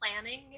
planning